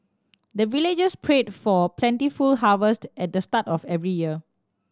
the villagers pray for plentiful harvest at the start of every year